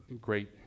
great